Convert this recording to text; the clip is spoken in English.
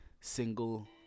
single